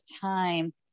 time